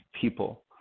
people